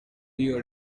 you